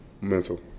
Mental